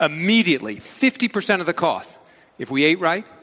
immediately fifty percent of the cost if we ate right,